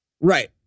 Right